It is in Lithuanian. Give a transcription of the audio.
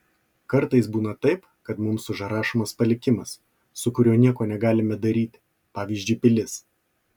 kartais būna taip kad mums užrašomas palikimas su kuriuo nieko negalime daryti pavyzdžiui pilis